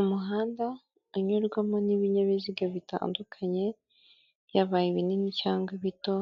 Umuhanda unyurwamo n'ibinyabiziga bitandukanye yaba ibinini cyangwa ibito